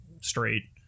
straight